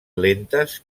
lentes